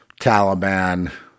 Taliban